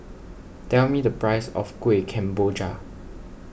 tell me the price of Kueh Kemboja